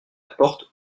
porte